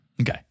Okay